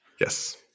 Yes